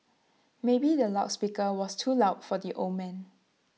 maybe the loud speaker was too loud for the old man